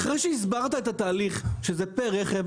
אחרי שהסברת את התהליך שזה פר רכב,